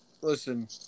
listen